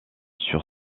sur